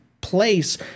place